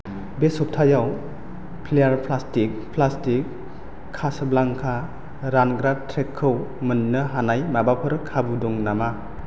बे सप्तायाव फ्लेयार प्लास्टिक कासाब्लांका रानग्रा ट्रेकखौ मोन्नो हानाय माबाफोर खाबु दं नामा